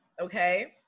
okay